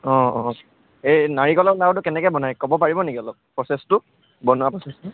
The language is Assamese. অঁ অঁ এই নাৰিকলৰ লাৰুটো কেনেকৈ বনাই কব পাৰিব নি অলপ প্ৰচেচটো বনোৱা প্ৰচেচটো